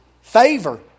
favor